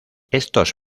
estos